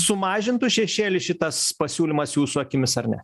sumažintų šešėlį šitas pasiūlymas jūsų akimis ar ne